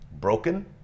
broken